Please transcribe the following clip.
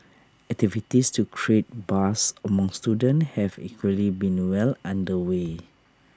activities to create buzz among students have equally been well under way